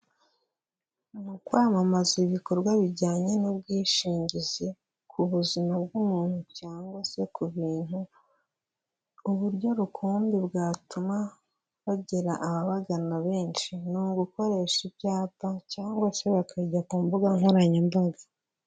Mu kwamamaza ibikorwa bijyanye n'ubwishingizi, ku buzima bw'umuntu cyangwa se ku bintu, uburyo rukumbi bwatuma bagera ababagana benshi ni ugukoresha ibyapa cyangwa se bakajya ku mbuga nkoranyambaga.